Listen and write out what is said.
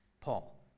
Paul